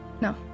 No